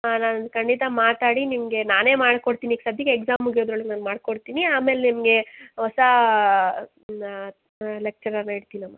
ಹಾಂ ನಾನು ಖಂಡಿತ ಮಾತಾಡಿ ನಿಮಗೆ ನಾನೇ ಮಾಡ್ಕೊಡ್ತೀನಿ ಈಗ ಸಧ್ಯಕ್ಕೆ ಎಕ್ಸಾಮ್ ಮುಗಿಯೋದ್ರೊಳಗೆ ನಾನು ಮಾಡ್ಕೊಡ್ತೀನಿ ಆಮೇಲೆ ನಿಮಗೆ ಹೊಸಾ ಲೆಕ್ಚರರನ್ನ ಇಡ್ತೀನಮ್ಮ